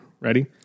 Ready